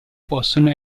possono